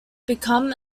become